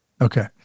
Okay